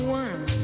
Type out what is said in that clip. one